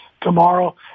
Tomorrow